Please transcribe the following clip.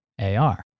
AR